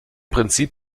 prinzip